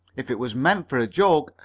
if it was meant for a joke,